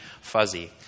fuzzy